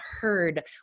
heard